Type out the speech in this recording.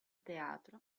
teatro